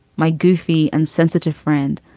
my goofy and sensitive friend.